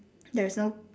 there is no